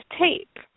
tape